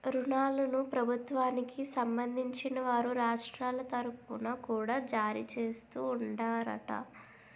ఋణాలను ప్రభుత్వానికి సంబంధించిన వారు రాష్ట్రాల తరుపున కూడా జారీ చేస్తూ ఉంటారట